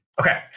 Okay